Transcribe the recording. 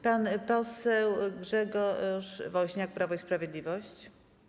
Pan poseł Grzegorz Woźniak, Prawo i Sprawiedliwość.